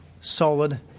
solid